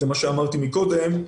וזה מה שאמרתי קודם,